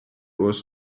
was